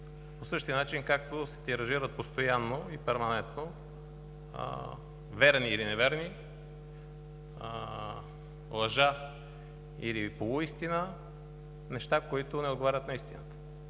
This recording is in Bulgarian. по същия начин, както се тиражират постоянно и перманентно верни или неверни, лъжа или полуистина, неща, които не отговарят на истината.